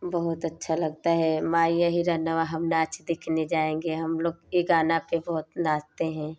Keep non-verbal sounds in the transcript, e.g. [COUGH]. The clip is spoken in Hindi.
बहुत अच्छा लगता है [UNINTELLIGIBLE] हम नाच देखने जाएँगे हम लोग ए गाना पर बहुत नाचते हैं